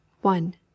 One